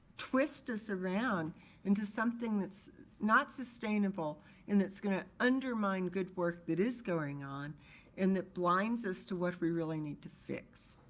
twist us around into something that's not sustainable and that's gonna undermine good work that is going on and that blinds us to what we really need to fix.